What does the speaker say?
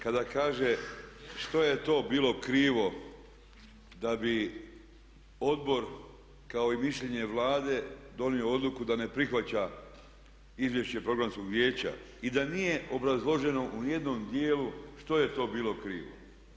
Kada kaže što je to bilo krivo da bi odbor kao i mišljenje Vlade donio odluku da ne prihvaća izvješće Programskog vijeća i da nije obrazloženo ni u jednom dijelu što je to bilo krivo.